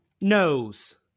Nose